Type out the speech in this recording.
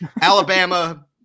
Alabama